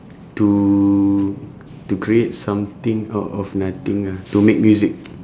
to to create something out of nothing ah to make music